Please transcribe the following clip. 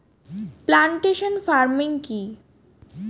Plantation farming কি?